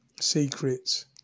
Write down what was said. Secrets